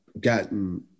gotten